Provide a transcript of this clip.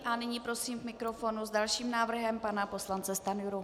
A nyní prosím k mikrofonu s dalším návrhem pana poslance Stanjuru.